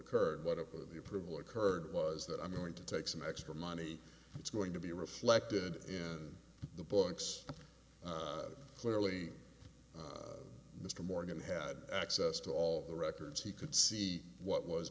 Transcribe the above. occurred whatever the approval occurred was that i'm going to take some extra money it's going to be reflected in the books clearly mr morgan had access to all the records he could see what was